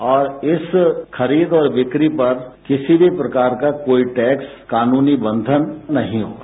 और इस खरीद और बिक्री पर किसी भी प्रकार का कोई टैक्स कानूनी बंधन नहीं होगा